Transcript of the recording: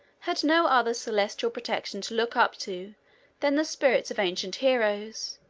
had no other celestial protection to look up to than the spirits of ancient heroes,